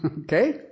Okay